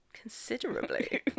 Considerably